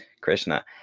Krishna